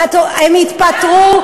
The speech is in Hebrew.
הם התפטרו.